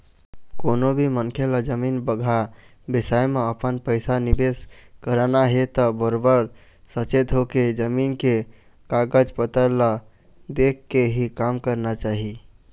कोनो भी मनखे ल जमीन जघा बिसाए म अपन पइसा निवेस करना हे त बरोबर सचेत होके, जमीन के कागज पतर ल देखके ही काम करना चाही